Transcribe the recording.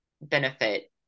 benefit